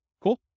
Cool